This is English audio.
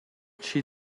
she